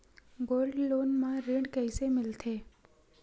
Gold loan म ऋण कइसे मिलथे?